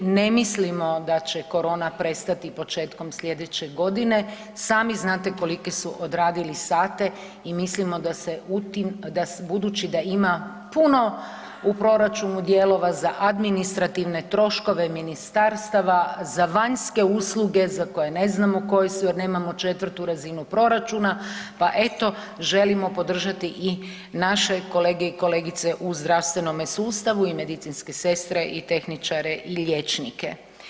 Ne mislimo da će korona prestati početkom sljedeće godine, sami znate koliki su odradili sate i mislimo da se u tim, budući da ima puno u proračunu dijelova za administrativne troškove ministarstava za vanjske usluge za koje ne znamo koje su jer nemamo 4. razinu proračuna, pa eto, želimo podržati i naše kolege i kolegice u zdravstvenome sustavu i medicinske sestre i tehničare i liječnike.